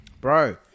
bro